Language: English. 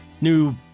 new